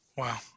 Wow